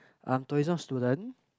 I'm tourism student